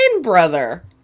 brother